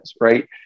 right